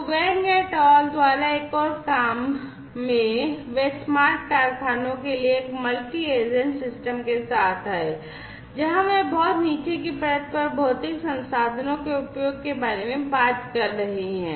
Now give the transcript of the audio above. Wang et al द्वारा एक और काम में वे स्मार्ट कारखानों के लिए एक मल्टी एजेंट सिस्टम के साथ आए जहां वे बहुत नीचे की परत पर भौतिक संसाधनों के उपयोग के बारे में बात कर रहे हैं